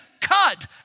cut